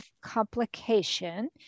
complication